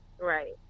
Right